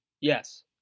Yes